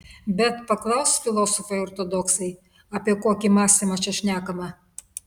bet paklaus filosofai ortodoksai apie kokį mąstymą čia šnekama